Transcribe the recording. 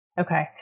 Okay